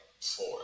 four